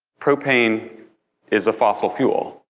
propane is a fossil fuel.